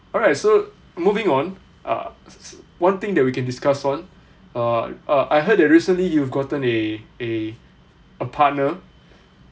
alright so moving on uh one thing that we can discuss on uh uh I heard that recently you've gotten a a a partner